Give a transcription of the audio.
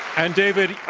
and david,